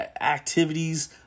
activities